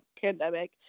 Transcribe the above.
pandemic